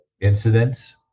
incidents